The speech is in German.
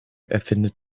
erfindet